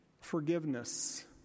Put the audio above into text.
Forgiveness